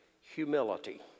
humility